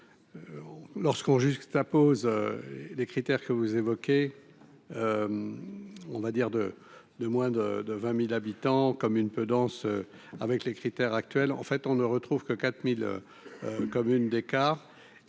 lorsqu'on juxtapose les critères que vous évoquez, on va dire de de moins de de 20000 habitants comme une peu dense avec les critères actuels, en fait, on ne retrouve que 4000 communes d'écart,